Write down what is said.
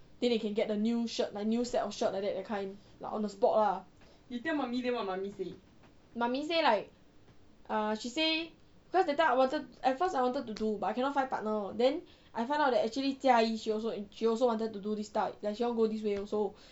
then they can get a new shirt a new set of shirt like that that kind lah on the spot lah mummy say like err she say because that time I wasn't at first I wanted to do but I cannot find partner then I found out that actually jia yi she also she also wanted to do this type like she wanted to do this way also